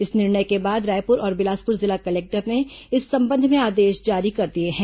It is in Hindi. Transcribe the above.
इस निर्णय के बाद रायपुर और बिलासपुर जिला कलेक्टर ने इस संबंध में आदेश जारी कर दिए हैं